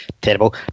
Terrible